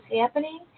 happening